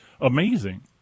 amazing